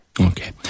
Okay